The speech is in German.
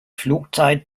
flugzeit